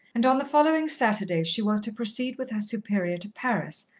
and on the following saturday she was to proceed with her superior to paris,